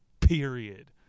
Period